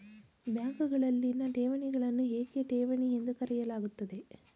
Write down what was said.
ಬ್ಯಾಂಕುಗಳಲ್ಲಿನ ಠೇವಣಿಗಳನ್ನು ಏಕೆ ಠೇವಣಿ ಎಂದು ಕರೆಯಲಾಗುತ್ತದೆ?